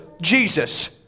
Jesus